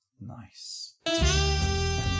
Nice